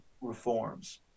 reforms